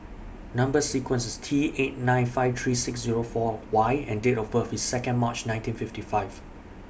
Number sequence IS T eight nine five three six Zero four Y and Date of birth IS Second March nineteen fifty five